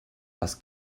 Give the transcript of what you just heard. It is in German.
was